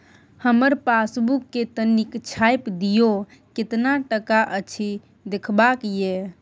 हमर पासबुक के तनिक छाय्प दियो, केतना टका अछि देखबाक ये?